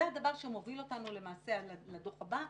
זה הדבר שמוביל אותנו לדוח הבא,